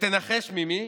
ותנחש ממי?